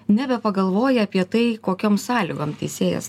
nebepagalvoja apie tai kokiom sąlygom teisėjas